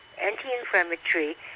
anti-inflammatory